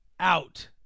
out